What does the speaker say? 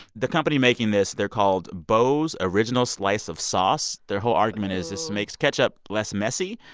the company making this they're called bo's original slice of sauce. their whole argument is this makes ketchup less messy.